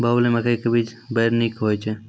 बाहुबली मकई के बीज बैर निक होई छै